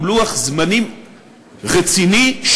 הוא לוח-זמנים רציני,